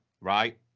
right